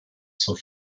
zur